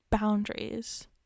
boundaries